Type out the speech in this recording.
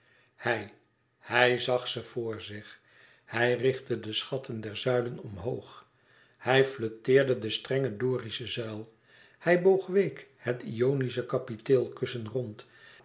hij hij zag ze voor zich hij richtte de schachten der zuilen omhoog hij flûteerde de strenge dorische zuil hij boog week het ionische kapiteelkussen rond